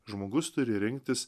žmogus turi rinktis